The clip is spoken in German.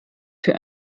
für